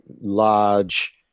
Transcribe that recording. large